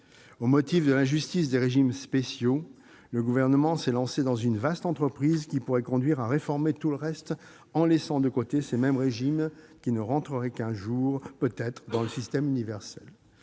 Au motif de l'injustice des régimes spéciaux, le Gouvernement s'est lancé dans une vaste entreprise qui pourrait conduire à réformer tout le reste, en laissant de côté ces mêmes régimes qui ne rentreraient qu'un jour peut-être dans le système universel.